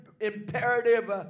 imperative